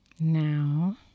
Now